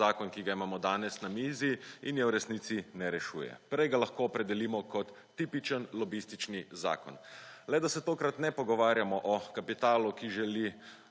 zakon, ki ga imamo danes na mizi in je v resnici ne rešuje. Prej ga lahko opredelimo kot tipičen lobističen zakon, le da se tokrat ne pogovarjamo o kapitalu, ki želi